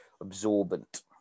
absorbent